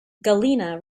galena